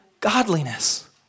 godliness